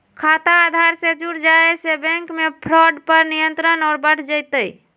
खाता आधार से जुड़ जाये से बैंक मे फ्रॉड पर नियंत्रण और बढ़ जय तय